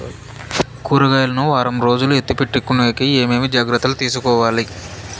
కూరగాయలు ను వారం రోజులు ఎత్తిపెట్టుకునేకి ఏమేమి జాగ్రత్తలు తీసుకొవాలి?